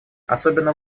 особенно